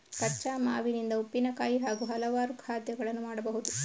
ಕಚ್ಚಾ ಮಾವಿನಿಂದ ಉಪ್ಪಿನಕಾಯಿ ಹಾಗೂ ಹಲವಾರು ಖಾದ್ಯಗಳನ್ನು ಮಾಡಬಹುದು